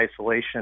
isolation